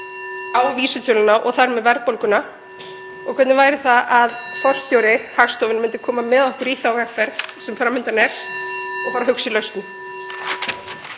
af vísitölunni og þar með verðbólgunni. Og hvernig væri það að forstjóri Hagstofunnar myndi koma með okkur í þá vegferð sem fram undan er og fara að hugsa í lausnum?